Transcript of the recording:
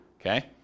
Okay